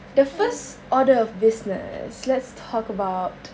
the first order of business let's talk about